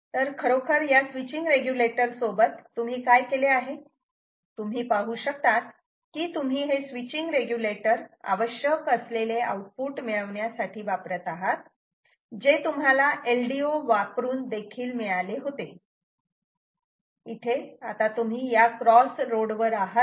तर खरोखर या स्विचींग रेग्युलेटर सोबत तुम्ही काय केले आहे तुम्ही पाहू शकतात की तुम्ही हे स्विचींग रेग्युलेटर आवश्यक असलेले आऊटपुट मिळविण्यासाठी वापरत आहात जे तुम्हाला LDO वापरून देखील मिळाले होते इथे आता तुम्ही या क्रॉस रोड वर आहात